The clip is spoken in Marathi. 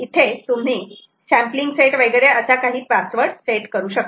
इथे तुम्ही सॅम्पलिंग सेट वगैरे असा काही पासवर्ड सेट करू शकतात